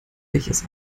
welches